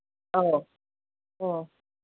ꯑꯧ ꯑꯣ